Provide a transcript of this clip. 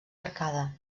arcada